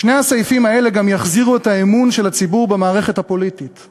שני הסעיפים האלה גם יחזירו את אמון הציבור במערכת הפוליטית,